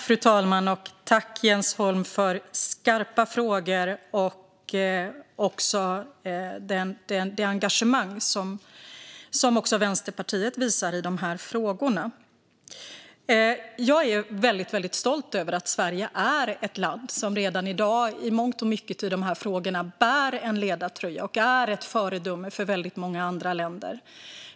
Fru talman! Tack, Jens Holm, för skarpa frågor och också för det engagemang som Vänsterpartiet visar i de här frågorna! Jag är väldigt stolt över att Sverige redan i dag i mångt och mycket bär en ledartröja i de här frågorna och är ett föredöme för väldigt många andra länder.